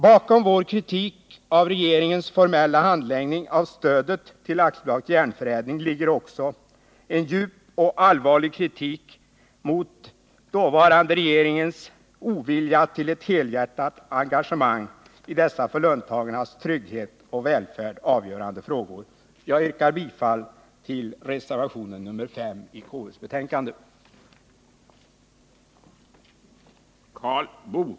Bakom vår kritik av regeringens formella handläggning av stödet till AB Järnförädling ligger också en djup och allvarlig kritik mot den dåvarande regeringens ovilja till ett helhjärtat engagemang i dessa för löntagarnas trygghet och välfärd avgörande frågor. Jag yrkar bifall till reservationen 5 vid konstitutionsutskottets betänkande.